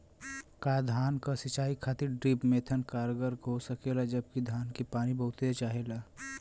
का धान क सिंचाई खातिर ड्रिप मेथड कारगर हो सकेला जबकि धान के पानी बहुत चाहेला?